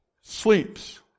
sleeps